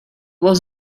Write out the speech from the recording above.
was